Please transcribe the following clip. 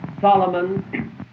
Solomon